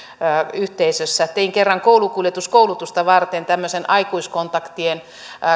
kouluyhteisössä tein kerran koulukuljetuskoulutusta varten tämmöisen aikuiskontaktien